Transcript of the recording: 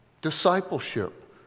Discipleship